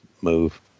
move